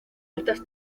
altas